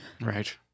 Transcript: Right